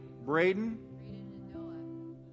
Braden